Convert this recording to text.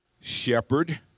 shepherd